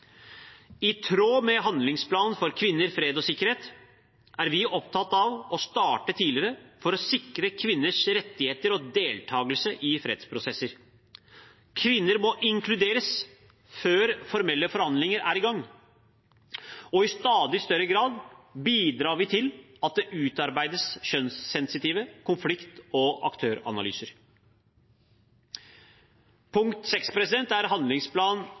I tråd med handlingsplanen Kvinner, fred og sikkerhet er vi opptatt av å starte tidligere for å sikre kvinners rettigheter og deltakelse i fredsprosesser. Kvinner må inkluderes før formelle forhandlinger er i gang. Vi bidrar i stadig større grad til at det utarbeides kjønnssensitive konflikt- og aktøranalyser. Punkt 6 er handlingsplanen Frihet, makt og muligheter. Handlingsplanen Frihet, makt og muligheter, som er